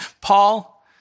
Paul